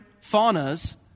faunas